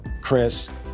Chris